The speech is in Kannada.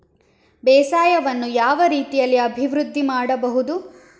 ಬೇಸಾಯವನ್ನು ಯಾವ ರೀತಿಯಲ್ಲಿ ಅಭಿವೃದ್ಧಿ ಮಾಡಬಹುದು?